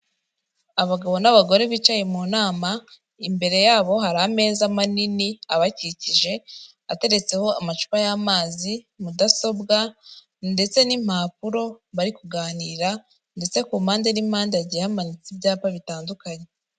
Abagabo n'abagore bicaye mu nama, imbere yabo hari ameza manini abakikije ateretseho amacupa y'amazi, mudasobwa ndetse n'impapuro, bari kuganira ndetse ku mpande n'impande hagiye hamanitse ibyapa bitandukanye.